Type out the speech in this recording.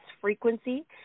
frequency